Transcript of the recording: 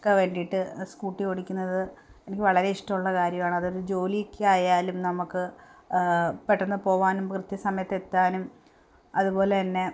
ഒക്കെ വേണ്ടിയിട്ട് സ്കൂട്ടി ഓടിക്കുന്നത് എനിക്ക് വളരെ ഇഷ്ടമുള്ള കാര്യമാണ് അതൊരു ജോലിയൊക്കെ ആയാലും നമുക്ക് പെട്ടെന്ന് പോകാനും കൃത്യസമയത്ത് എത്താനും അതുപോലെ തന്നെ